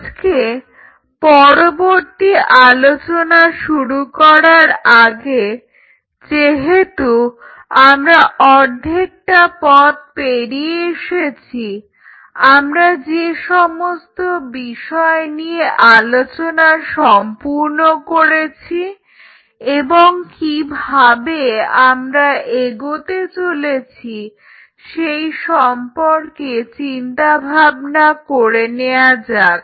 আজকে পরবর্তী আলোচনা শুরু করার আগেযেহেতু আমরা অর্ধেকটা পথ পেরিয়ে এসেছি আমরা যে সমস্ত বিষয় নিয়ে আলোচনা সম্পূর্ণ করেছি এবং কিভাবে আমরা এগোতে চলেছি সেই সম্পর্কে ভাবনা চিন্তা করে নেয়া যাক